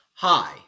Hi